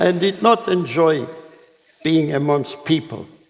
and did not enjoy being amongst people.